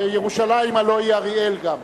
שירושלים הלוא היא אריאל גם.